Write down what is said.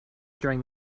during